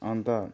अन्त